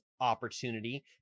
opportunity